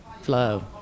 flow